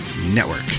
Network